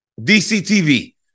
DCTV